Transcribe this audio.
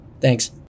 thanks